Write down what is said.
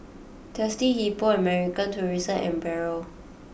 Thirsty Hippo American Tourister and Barrel